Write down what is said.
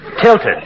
tilted